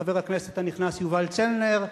חבר הכנסת הנכנס יובל צלנר,